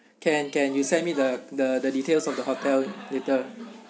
can can you send me the the the details of the hotel later